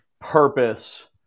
purpose